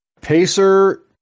Pacer